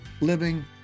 living